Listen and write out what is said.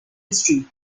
history